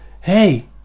hey